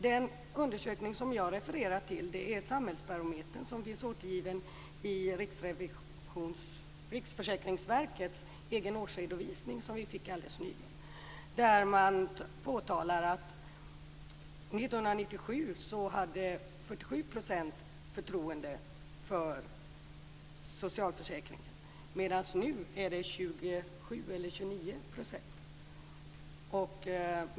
Den undersökning som jag refererar till är Samhällsbarometern som finns återgiven i Riksförsäkringsverkets egen årsredovisning som vi fick alldeles nyligen, där man påtalar att 1997 hade 47 % förtroende för socialförsäkringen, medan siffran nu är 27 eller 29 %.